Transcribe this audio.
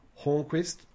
Hornquist